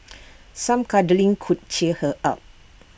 some cuddling could cheer her up